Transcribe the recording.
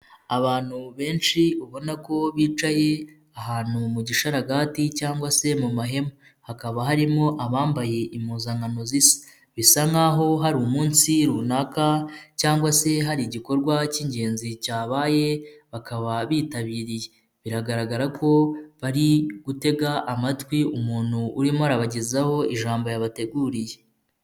Abantu benshi ubona ko bicaye ahantu mu gisharagati cyangwa se mu mahema, hakaba harimo abambaye impuzankano zisa, bisa nk'aho hari umunsi runaka cyangwa se hari igikorwa k'ingenzi cyabaye bakaba bitabiriye, biragaragara ko bari gutega amatwi umuntu urimo arabagezaho ijambo yabateguriye.